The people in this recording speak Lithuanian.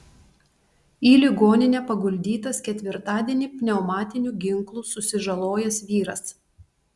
į ligoninę paguldytas ketvirtadienį pneumatiniu ginklu susižalojęs vyras